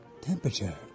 temperature